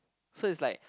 so it's like